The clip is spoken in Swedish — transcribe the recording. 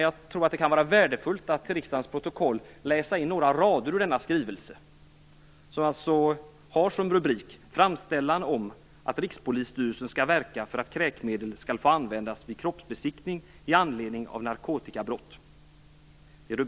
Jag tror att det kan vara värdefullt att i riksdagens protokoll läsa in några rader ur denna skrivelse, som har som rubrik "Framställan om att Rikspolisstyrelsen skall verka för att kräkmedel skall få användas vid kroppsbesiktning i anledning av narkotikabrott".